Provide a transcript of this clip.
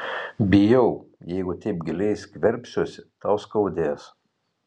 bijau jeigu taip giliai skverbsiuosi tau skaudės